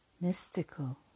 mystical